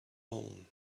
own